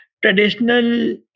traditional